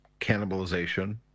cannibalization